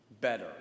better